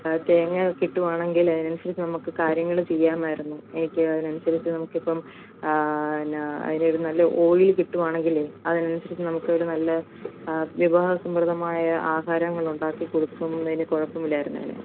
തേങ്ങ കിട്ടുവാണെങ്കിൽ അതനുസരിച്ച് നമുക്ക് കാര്യങ്ങൾ ചെയ്യാമായിരുന്നു എനിക്ക് അതിനനുസരിച്ച് നമുക്കിപ്പം എന്നാ അതിനൊരു നല്ലൊരു ഓയിൽ കിട്ടുവാണെങ്കിലേ അതിനനുസരിച്ച് നമുക്കൊരു നല്ല വിഭവ സമൃദ്ധമായ ആഹാരങ്ങൾ ഉണ്ടാക്കിക്കൊടുക്കുന്നേയ്ന് കുഴപ്പവില്ലായിരുന്നേനെ